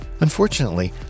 Unfortunately